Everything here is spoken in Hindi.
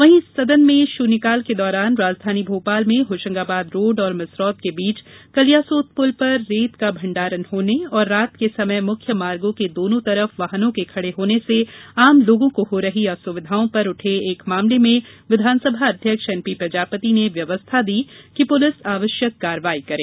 वहीं सदन में शून्यकाल के दौरान राजधानी भोपाल में होशंगाबाद रोड और मिसरोद के बीच कलियासोत पुल तक रेत का भंडारण होने और रात के समय मुख्य मार्गो के दोनों तरफ वाहनों के खड़े होने से आम लोगों को हो रही असुविधाओं पर उठे एक मामले में विधानसभा अध्यक्ष एनपी प्रजापति ने व्यवस्था दी कि पुलिस आवश्यक कार्यवाही करे